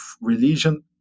religion